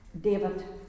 David